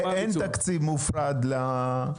אין תקציב מופרד ליישובים?